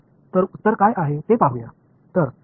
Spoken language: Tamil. இப்பொழுது இதற்கான பதில் என்ன என்று பார்ப்போம்